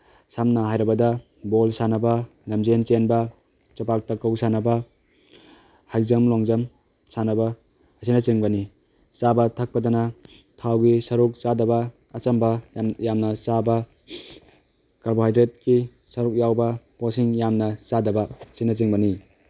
ꯁꯝꯅ ꯍꯥꯏꯔꯕꯗ ꯕꯣꯜ ꯁꯥꯟꯅꯕ ꯂꯝꯖꯦꯟ ꯆꯦꯟꯕ ꯆꯦꯄꯥꯛ ꯇꯥꯀꯧ ꯁꯥꯟꯅꯕ ꯍꯥꯏ ꯖꯝ ꯂꯣꯡ ꯖꯝ ꯁꯥꯟꯅꯕ ꯑꯁꯤꯅꯆꯤꯡꯕꯅꯤ ꯆꯥꯕ ꯊꯛꯄꯗꯅ ꯊꯥꯎꯒꯤ ꯁꯔꯨꯛ ꯆꯥꯗꯕ ꯑꯆꯝꯕ ꯌꯥꯝꯅ ꯆꯥꯕ ꯀꯥꯔꯕꯣꯍꯥꯏꯗ꯭ꯔꯦꯠꯀꯤ ꯁꯔꯨꯛ ꯌꯥꯎꯕ ꯄꯣꯠꯁꯤꯡ ꯌꯥꯝꯅ ꯆꯥꯗꯕ ꯑꯁꯤꯅꯆꯤꯡꯕꯅꯤ